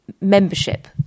membership